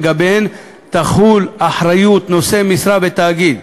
שלגביהן תחול אחריות נושא משרה בתאגיד,